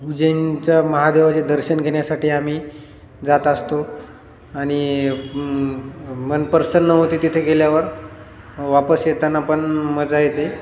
उजैनच्या महादेवाचे दर्शन घेण्यासाठी आम्ही जात असतो आणि मनप्रसन्न होते तिथे गेल्यावर वापस येताना पण मजा येते